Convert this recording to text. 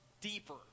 deeper